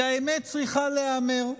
כי האמת צריכה להיאמר.